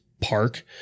park